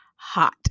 hot